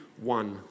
one